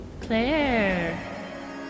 Claire